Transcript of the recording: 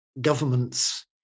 governments